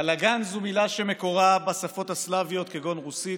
בלגן זו מילה שמקורה בשפות הסלביות, כגון רוסית.